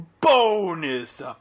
bonus